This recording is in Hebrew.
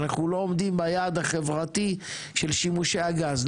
אנחנו לא עומדים ביעד החברתי של שימושי הגז.